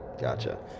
gotcha